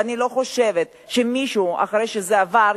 ואני לא חושבת שאחרי שזה עבר,